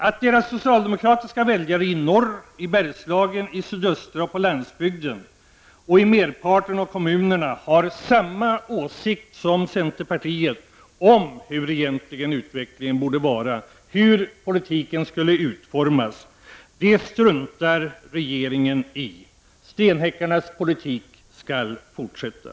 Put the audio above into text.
Att deras socialdemokratiska väljare på landsbygden i norr, i Bergslagen, och i sydöstra Sverige, i merparten av kommunerna har samma åsikt som centerpartiet om hurdan utvecklingen egentligen borde vara, hur politiken skulle utformas, det struntar regeringen i. ”Stenhäckarnas” politik skall fortsätta.